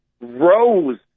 rose